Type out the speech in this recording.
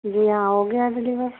جی ہاں ہو گیا ڈلیور